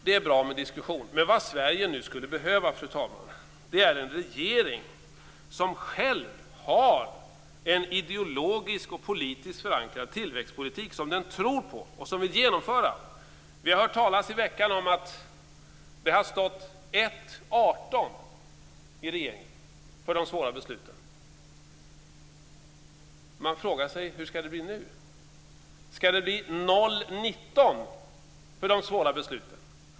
Det är bra med diskussion, men vad Sverige nu skulle behöva är en regering som själv har en ideologiskt och politiskt förankrad tillväxtpolitik som den tror på och vill genomföra. Vi har i veckan hört talas om att det har stått 1-18 i regeringen för de svåra besluten. Man frågar sig hur det skall bli nu. Skall det bli 0-19 för de svåra besluten?